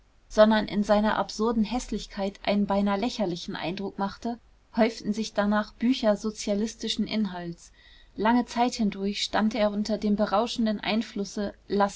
sondern in seiner absurden häßlichkeit einen beinahe lächerlichen eindruck machte häuften sich danach bücher sozialistischen inhalts lange zeit hindurch stand er unter dem berauschenden einflusse